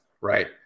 Right